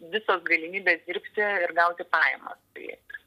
visos galimybės dirbti ir gauti pajamas tai